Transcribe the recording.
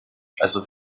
also